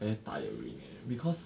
very tiring leh because